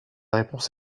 réponse